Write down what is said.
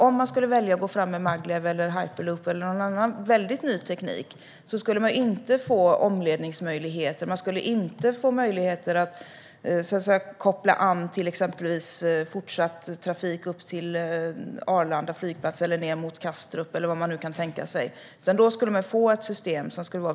Om man valde att gå fram med Maglev, Hyperloop eller någon annan väldigt ny teknik skulle man inte få en möjlighet att leda om eller koppla an fortsatt trafik exempelvis upp till Arlanda flygplats eller ned till Kastrup. Det skulle bli ett inneslutet system.